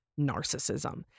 narcissism